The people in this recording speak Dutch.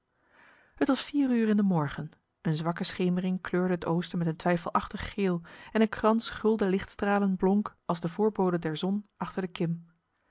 het was vier uur in de morgen een zwakke schemering kleurde het oosten met een twijfelachtig geel en een krans gulden lichtstralen blonk als de voorbode der zon achter de kim